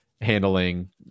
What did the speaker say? handling